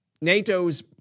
NATO's